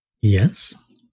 Yes